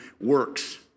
works